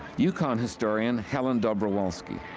yukon historian, helene dobrowolsky.